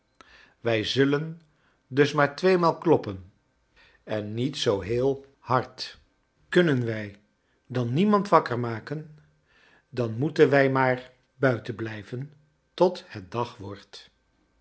wij zullen dus maar twee maal kloppen en niet zoo heel charles dickens hard kunnen wij dan niemand wakker maken dan moeten wij maar buiten blijven tot het dag wordt